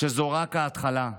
שזו רק ההתחלה,